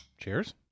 Cheers